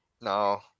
No